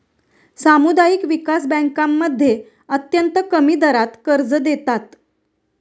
सामुदायिक विकास बँकांमध्ये अत्यंत कमी दरात कर्ज देतात